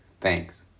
Thanks